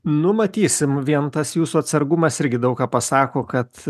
nu matysim vien tas jūsų atsargumas irgi daug ką pasako kad